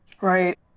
Right